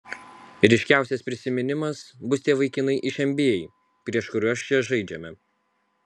ryškiausias prisiminimas bus tie vaikinai iš nba prieš kuriuos čia žaidžiame